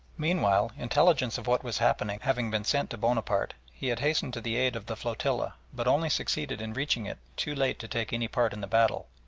meanwhile, intelligence of what was happening having been sent to bonaparte, he had hastened to the aid of the flotilla, but only succeeded in reaching it too late to take any part in the battle.